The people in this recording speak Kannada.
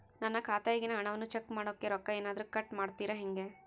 ನನ್ನ ಖಾತೆಯಾಗಿನ ಹಣವನ್ನು ಚೆಕ್ ಮಾಡೋಕೆ ರೊಕ್ಕ ಏನಾದರೂ ಕಟ್ ಮಾಡುತ್ತೇರಾ ಹೆಂಗೆ?